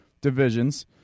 divisions